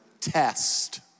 test